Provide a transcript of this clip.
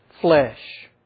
flesh